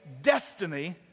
destiny